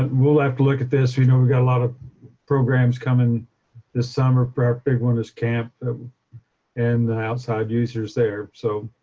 we'll have to look at this you know. we've got a lot of programs coming this summer, but out big one this camp and the outside users there, so